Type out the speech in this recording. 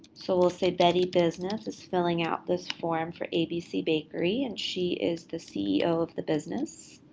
so we'll say betty business is filling out this form for abc bakery, and she is the ceo of the business,